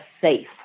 safe